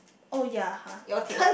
oh ya !huh! okay